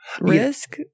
risk